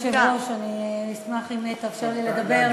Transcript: אדוני היושב-ראש, אשמח אם תאפשר לי לדבר.